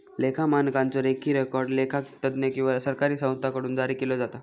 लेखा मानकांचो लेखी रेकॉर्ड लेखा तज्ञ किंवा सरकारी संस्थांकडुन जारी केलो जाता